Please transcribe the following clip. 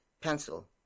pencil